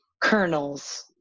kernels